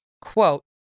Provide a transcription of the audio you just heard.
Quote